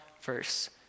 verse